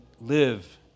live